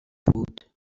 بود